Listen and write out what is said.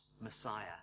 Messiah